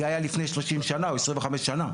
זה היה לפני 30 שנה או 25 שנה,